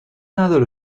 نداره